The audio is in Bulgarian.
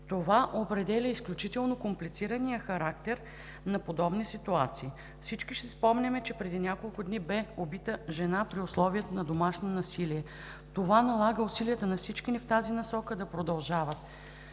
Това определя изключително комплицирания характер на подобни ситуации. Всички си спомняме, че преди няколко дни бе убита жена при условията на домашно насилие. Това налага усилията на всички ни в тази насока да продължават.